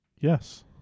yes